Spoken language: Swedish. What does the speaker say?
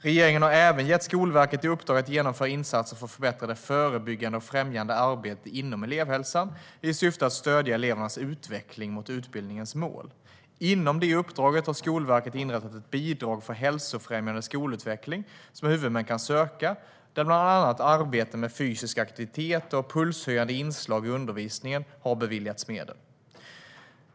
Regeringen har även gett Skolverket i uppdrag att genomföra insatser för att förbättra det förebyggande och främjande arbetet inom elevhälsan i syfte att stödja elevernas utveckling mot utbildningens mål . Inom uppdraget har Skolverket inrättat ett bidrag för hälsofrämjande skolutveckling som huvudmän kan söka, där bland annat arbete med fysisk aktivitet och pulshöjande inslag i undervisningen har beviljats medel.